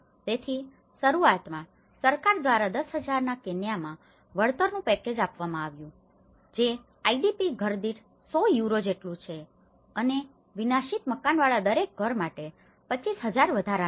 તેથી શરૂઆતમાં સરકાર દ્વારા 10000 ના કેન્યામાં વળતરનું પેકેજ આપવામાં આવ્યું છે જે IDP ઘરદીઠ 100 યુરો જેટલું છે અને વિનાશિત મકાનવાળા દરેક ઘર માટે 25000 વધારાના છે